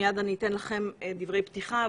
מיד אני אתן לכם דברי פתיחה,